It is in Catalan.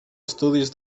estudis